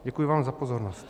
Děkuji vám za pozornost.